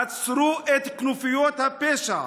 עצרו את כנופיות הפשע.